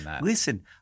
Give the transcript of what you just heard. listen